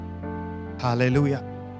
Hallelujah